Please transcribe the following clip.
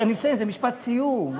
אני מסיים, זה משפט סיום,